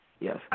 Yes